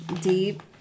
deep